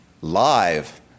Live